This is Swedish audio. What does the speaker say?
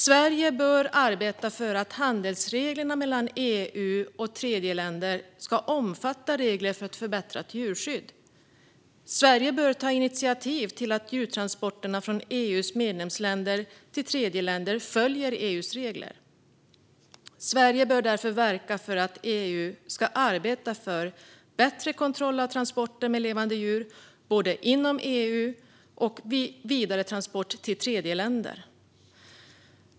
Sverige bör arbeta för att handelsreglerna mellan EU och tredjeländer ska omfatta regler för ett förbättrat djurskydd. Sverige bör ta initiativ till att djurtransporterna från EU:s medlemsländer till tredjeländer ska följa EU:s regler. Sverige bör därför verka för att EU ska arbeta för bättre kontroll av transporter med levande djur både inom EU och vid vidaretransport till tredjeländer.